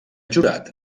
jurat